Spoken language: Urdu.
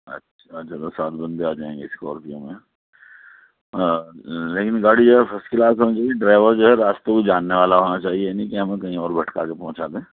اچھا چلو سات بندے آ جائیں گے اسکارپیو میں لیکن گاڑی جو ہے فرسٹ کلاس ہونی چاہیے ڈرائیور جو ہے راستے کو جاننے والا ہونا چاہیے یہ نہیں کہ ہمیں کہیں بھٹکا دے پہونچا دے